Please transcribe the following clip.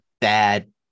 bad